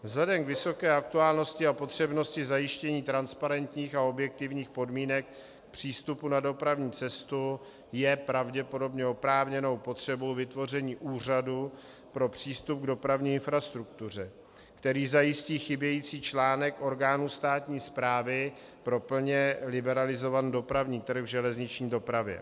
Vzhledem k vysoké aktuálnosti a potřebnosti zajištění transparentních a objektivních podmínek přístupu na dopravní cestu je pravděpodobně oprávněnou potřebou vytvoření Úřadu pro přístup k dopravní infrastruktuře, který zajistí chybějící článek orgánu státní správy pro plně liberalizovaný dopravní trh v železniční dopravě.